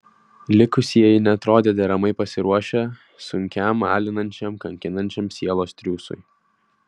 likusieji neatrodė deramai pasiruošę sunkiam alinančiam kankinančiam sielos triūsui